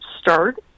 start